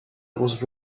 was